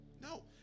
No